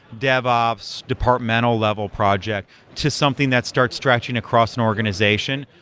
dev-ops departmental level project to something that starts stretching across an organization,